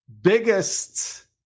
biggest